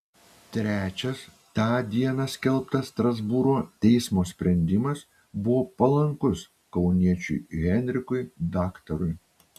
trečias tą dieną skelbtas strasbūro teismo sprendimas buvo palankus kauniečiui henrikui daktarui